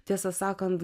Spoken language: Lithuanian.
tiesą sakant